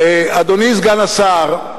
אדוני סגן השר,